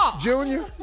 Junior